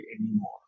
anymore